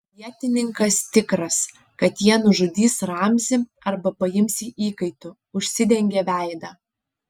vietininkas tikras kad jie nužudys ramzį arba paims jį įkaitu užsidengė veidą